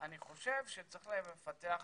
אני חושב שצריך לפתח מודל,